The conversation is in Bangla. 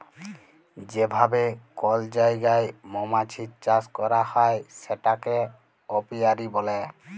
যে ভাবে কল জায়গায় মমাছির চাষ ক্যরা হ্যয় সেটাকে অপিয়ারী ব্যলে